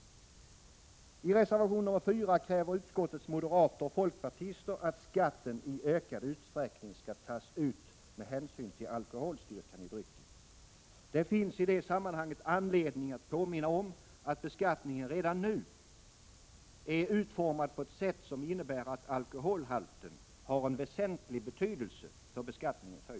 I reservation nr 4 kräver utskottets moderater och folkpartister att skatten i ökad utsträckning skall tas ut med hänsyn till alkoholstyrkan i drycken. Det finns i detta sammanhang anledning att påminna om att beskattningen redan nu är utformad på ett sätt som innebär att alkoholhalten har en väsentlig betydelse för beskattningens höjd.